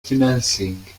financing